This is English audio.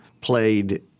played